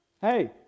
Hey